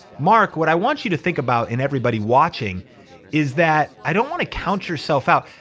mark, what i want you to think about and everybody watching is that i don't wanna count yourself out.